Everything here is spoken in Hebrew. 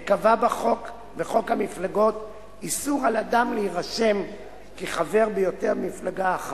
וקבע בחוק המפלגות איסור על אדם להירשם כחבר ביותר ממפלגה אחת.